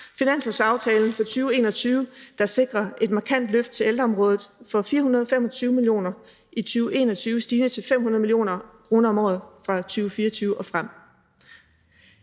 finanslovsaftalen for 2021, der sikrer et markant løft af ældreområdet med 425 mio. kr. i 2021 stigende til 500 mio. kr. om året fra 2024 og frem.